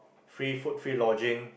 free food free lodging